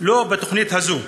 לא בתוכנית הזאת.